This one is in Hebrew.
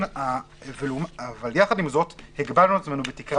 עם זאת, הגבלנו את עצמנו בתקרה.